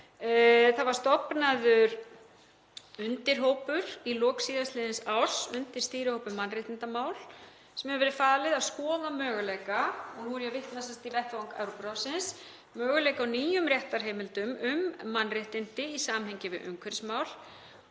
Það var stofnaður undirhópur í lok síðastliðins árs, undirstýrihópur um mannréttindamál, sem hefur verið falið að skoða möguleika — og nú er ég að vitna í vettvang Evrópuráðsins — á nýjum réttarheimildum um mannréttindi í samhengi við umhverfismál